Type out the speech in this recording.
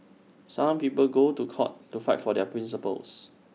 some people go to court to fight for their principles